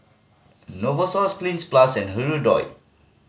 Novosource Cleanz Plus and Hirudoid